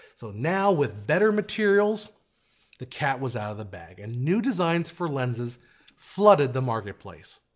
so now with better materials the cat was out of the bag and new designs for lenses flooded the marketplace.